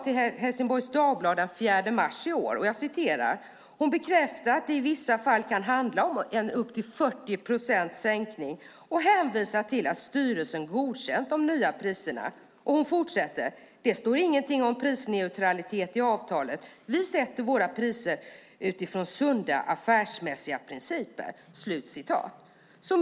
I Helsingborgs Dagblad den 4 mars i år bekräftar brokonsortiets vd att det i vissa fall kan handla om upp till 40 procents sänkning och hänvisar till att styrelsen godkänt de nya priserna. Hon säger: Det står ingenting om prisneutralitet i avtalet. Vi sätter våra priser utifrån sunda affärsmässiga principer. Herr talman!